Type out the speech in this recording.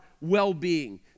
well-being